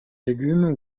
légumes